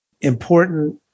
important